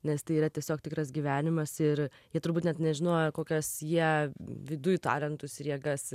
nes tai yra tiesiog tikras gyvenimas ir jie turbūt net nežinojo kokias jie viduj talentus ir jėgas